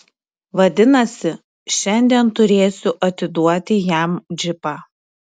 vadinasi šiandien turėsiu atiduoti jam džipą